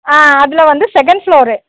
ஆ அதில் வந்து second floor